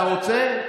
אתה רוצה?